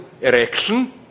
erection